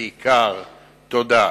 ובעיקר תודה.